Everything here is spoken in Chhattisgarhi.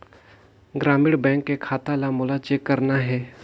ग्रामीण बैंक के खाता ला मोला चेक करना हे?